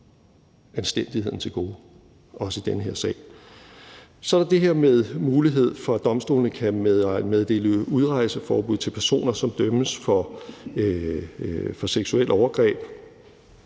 anstændigheden til gode – også i den her sag. Så er der det, der handler om muligheden for, at domstolene kan meddele udrejseforbud til personer, som dømmes for seksuelle overgreb.